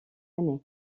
année